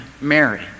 Mary